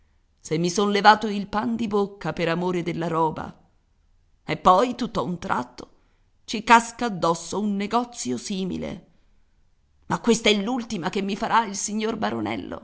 se mi son levato il pan di bocca per amore della roba e poi tutto a un tratto ci casca addosso un negozio simile ma questa è l'ultima che mi farà il signor baronello